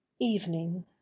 evening